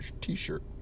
t-shirt